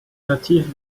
nativ